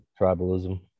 Tribalism